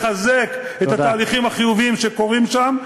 לחזק את התהליכים החיוביים שקורים שם.